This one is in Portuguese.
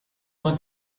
uma